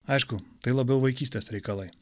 aišku tai labiau vaikystės reikalai